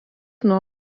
nuo